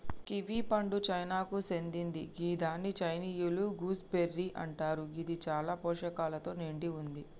kiwi పండు చైనాకు సేందింది గిదాన్ని చైనీయుల గూస్బెర్రీ అంటరు గిది చాలా పోషకాలతో నిండి వుంది